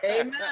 Amen